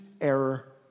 error